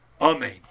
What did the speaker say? Amen